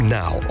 now